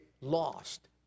lost